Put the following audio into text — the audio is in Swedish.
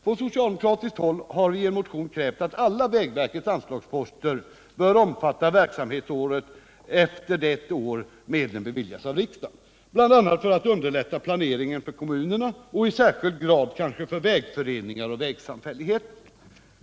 Från socialdemokratiskt håll har vi i en motion krävt att alla vägverkets anslagsposter skall omfatta verksamhetsåret efter det att medlen beviljas av riksdagen, bl.a. för att underlätta planeringen för kommunerna och i särskild grad för vägföreningar och vägsamfälligheter.